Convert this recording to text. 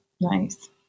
Nice